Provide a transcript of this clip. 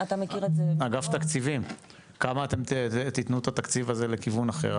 אגף תקציבים כמה אתם תתנו את התקציב הזה לכיוון אחר,